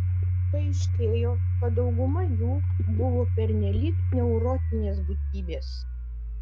paaiškėjo kad dauguma jų buvo pernelyg neurotinės būtybės